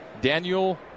Daniel